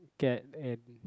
get and